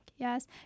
Yes